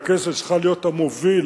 והכנסת צריכה להיות המוביל,